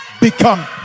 become